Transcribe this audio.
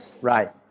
right